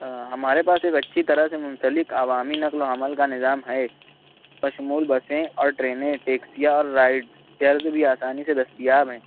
آ ہمارے پاس صرف اچھی طرح سے منسلک عوامی نقل و حمل کا نِظام ہے بشمول بسیں اور ٹرینیں ٹیکسیاں اور رائڈ کیب بھی آسانی سے دستیاب ہیں